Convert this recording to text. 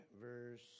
verse